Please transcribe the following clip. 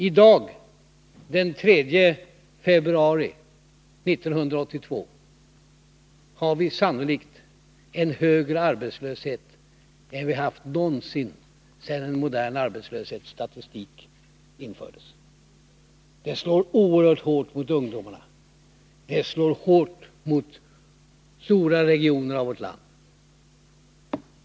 I dag, den 3 februari 1982, har vi sannolikt en högre arbetslöshet än vi haft någonsin sedan en modern arbetslöshetsstatistik infördes. Den slår oerhört hårt mot ungdomarna, den slår hårt mot stora regioner i vårt land.